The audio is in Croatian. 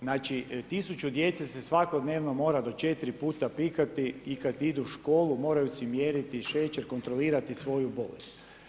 Znači, 1000 djece se svakodnevno mora do 4 puta pikati i kad idu u školu moraju si mjeriti šećer, kontrolirati svoju bolest.